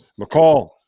McCall